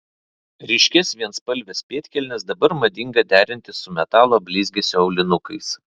ryškias vienspalves pėdkelnes dabar madinga derinti su metalo blizgesio aulinukais